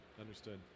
Understood